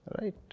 Right